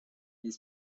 les